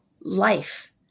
life